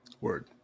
Word